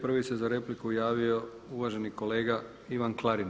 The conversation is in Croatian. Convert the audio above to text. Prvi se za repliku javio uvaženi kolega Ivan Klarin.